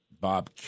Bob